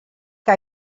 que